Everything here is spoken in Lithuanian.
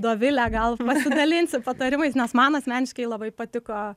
dovile gal pasidalinsi patarimais nes man asmeniškai labai patiko